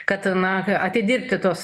kad na atidirbti tuos